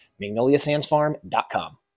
Magnoliasandsfarm.com